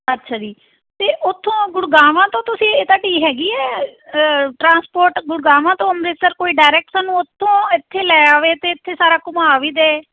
ਅੱਛਾ ਜੀ ਅਤੇ ਉੱਥੋਂ ਗੁੜਗਾਵਾਂ ਤੋਂ ਤੁਸੀਂ ਇਹ ਤੁਹਾਡੀ ਹੈਗੀ ਹੈ ਟਰਾਂਸਪੋਰਟ ਗੁੜਗਾਵਾਂ ਤੋਂ ਅੰਮ੍ਰਿਤਸਰ ਕੋਈ ਡਾਇਰੈਕਟ ਸਾਨੂੰ ਉੱਥੋਂ ਇੱਥੇ ਲੈ ਆਵੇ ਅਤੇ ਇੱਥੇ ਸਾਰਾ ਘੁੰਮਾ ਵੀ ਦੇ